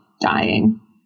dying